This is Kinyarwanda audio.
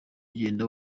agenda